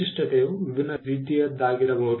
ವಿಶಿಷ್ಟತೆಯು ವಿಭಿನ್ನ ರೀತಿಯದ್ದಾಗಿರಬಹುದು